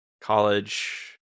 college